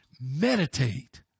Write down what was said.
meditate